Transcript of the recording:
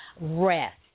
Rest